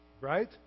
right